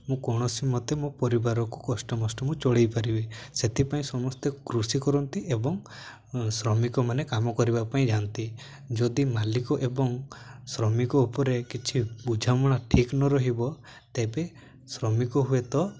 ମୁଁ କୌଣସି ମତେ ମୋ ପରିବାରକୁ କଷ୍ଟମଷ୍ଟେ ମୁଁ ଚଳେଇ ପାରିବି ସେଥିପାଇଁ ସମସ୍ତେ କୃଷି କରନ୍ତି ଏବଂ ଶ୍ରମିକମାନେ କାମ କରିବା ପାଇଁ ଯାଆନ୍ତି ଯଦି ମାଲିକ ଏବଂ ଶ୍ରମିକ ଉପରେ କିଛି ବୁଝାମଣା ଠିକ ନ ରହିବ ତେବେ ଶ୍ରମିକ ହୁଏତଃ